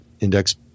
index